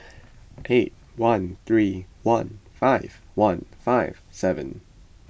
eight one three one five one five seven